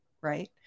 right